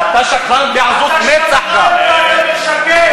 כי אני הייתי שם,